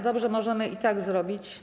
Dobrze, możemy i tak zrobić.